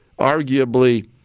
arguably